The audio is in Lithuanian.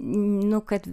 nu kad